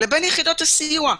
ליחידות הסיוע.